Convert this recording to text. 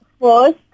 first